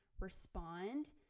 respond